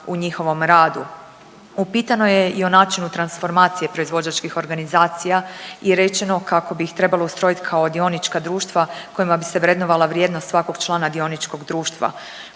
u njihovom radu. Upitano je i o načinu transformacije proizvođački organizacija i rečeno kako bi ih trebalo ustrojiti kao dionička društva kojima bi se vrednovala vrijednost svakog člana dioničkog društva.